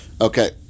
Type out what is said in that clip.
Okay